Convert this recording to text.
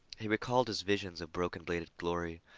he recalled his visions of broken-bladed glory,